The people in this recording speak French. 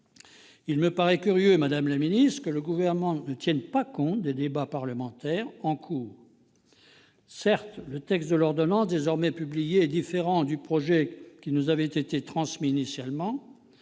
Il me paraît curieux, madame la secrétaire d'État, que le Gouvernement ne tienne pas compte des débats parlementaires en cours ... Certes, le texte de l'ordonnance, désormais publié, est différent du projet qui nous avait été transmis initialement.